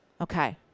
Okay